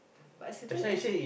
but certain as~